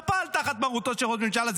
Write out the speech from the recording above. לא פעל תחת מרותו של ראש הממשלה.